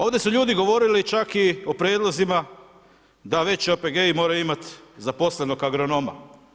Ovdje su ljudi govorili čak i ok prijedlozima, da veći OPG-iji moraju imati zaposlenog agronoma.